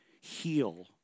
heal